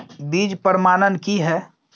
बीज प्रमाणन की हैय?